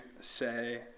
say